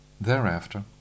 Thereafter